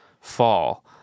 fall